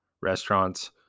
restaurants